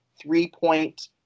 three-point